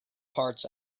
parts